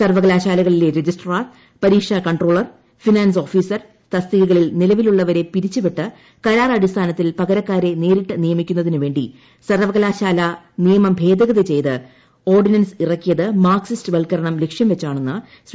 സർവ്വകലാശാലകളിലെ registrar പരീക്ഷാ controller finance officer തസ്തികളിൽ നിലവിലുള്ളവരെ പിരിച്ചുവിട്ട് കരാർ അടിസ്ഥാനത്തിൽ പകരക്കാരെ നേരിട്ട് നിയമിക്കുന്നതിന് വേണ്ടി സർവ്വകലാശാലാ നിയമം ഭേദഗതി ചെയ്ത് ഓർഡിനൻസിറക്കിയത് മാർക്സിസ്റ്റ് വൽക്കരണം ലക്ഷ്യവച്ചാണെന്ന് ശ്രീ